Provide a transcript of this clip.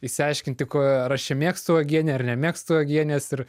išsiaiškinti ko ar aš čia mėgstu uogienę ar nemėgstu uogienės ir